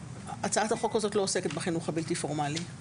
הצעת החוק הזאת לא עוסקת בחינוך הבלתי פורמלי.